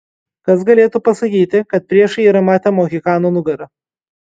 kas galėtų pasakyti kad priešai yra matę mohikano nugarą